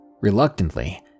Reluctantly